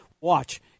Watch